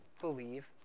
believe